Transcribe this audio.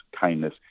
kindness